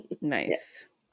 nice